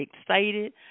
excited